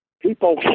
people